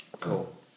Cool